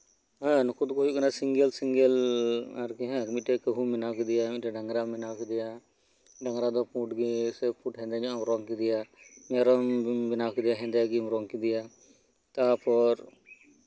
ᱮᱫ ᱱᱩᱠᱩ ᱫᱚᱠᱚ ᱦᱳᱭᱳᱜ ᱠᱟᱱᱟ ᱥᱤᱸᱝᱜᱮᱞ ᱥᱤᱸᱝᱜᱮᱞ ᱮᱫ ᱟᱨᱠᱤ ᱢᱤᱫᱴᱮᱱ ᱠᱟᱹᱦᱩᱢ ᱵᱮᱱᱟᱣ ᱠᱮᱫᱮᱭᱟ ᱢᱤᱫᱴᱮᱱ ᱰᱟᱝᱨᱟᱢ ᱵᱮᱱᱟᱣ ᱠᱮᱫᱮᱭᱟ ᱰᱟᱝᱨᱟ ᱫᱚ ᱯᱳᱰ ᱜᱮ ᱥᱮ ᱯᱳᱰ ᱦᱮᱸᱫᱮ ᱧᱚᱜ ᱮᱢ ᱨᱚᱝ ᱠᱮᱫᱮᱭᱟ ᱢᱮᱨᱚᱢ ᱮᱢ ᱵᱮᱱᱟᱣ ᱠᱮᱫᱮᱭᱟ ᱦᱮᱸᱫᱮ ᱜᱮᱢ ᱨᱚᱜᱝ ᱠᱮᱫᱮᱭᱟ ᱛᱟᱨᱯᱚᱨ